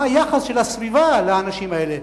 מה היחס של הסביבה לאנשים האלה.